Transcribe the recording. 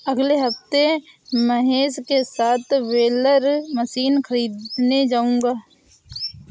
अगले हफ्ते महेश के साथ बेलर मशीन खरीदने जाऊंगा